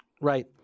Right